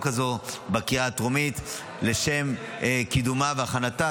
הזאת בקריאה הטרומית לשם קידומה והכנתה,